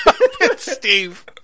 Steve